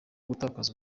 gutakaza